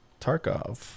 Tarkov